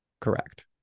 correct